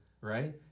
right